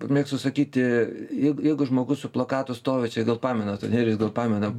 mėgstu sakyti jei jeigu žmogus su plakatu stovi čia gal pamenat nerijus gal pamena